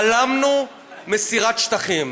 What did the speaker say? בלמנו מסירת שטחים,